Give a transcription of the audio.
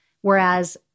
Whereas